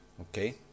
Okay